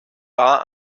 war